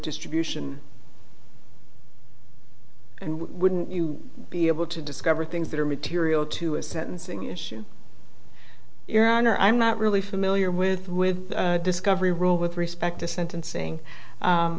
distribution and wouldn't you be able to discover things that are material to a sentencing issue your honor i'm not really familiar with with discovery rule with respect to sentencing